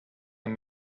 i’m